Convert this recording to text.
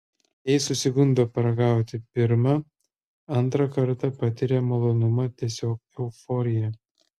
jei susigundo paragauti pirmą antrą kartą patiria malonumą tiesiog euforiją